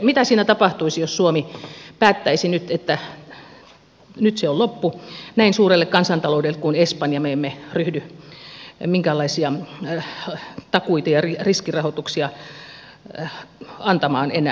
mitä siinä tapahtuisi jos suomi päättäisi nyt että nyt se on loppu näin suurelle kansantaloudelle kuin espanja me emme ryhdy minkäänlaisia takuita ja riskirahoituksia antamaan enää